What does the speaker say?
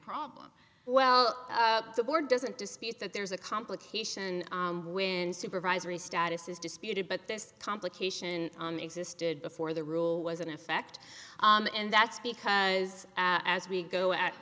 problem well the board doesn't dispute that there's a complication when supervisory status is disputed but this complication existed before the rule was in effect and that's because as we go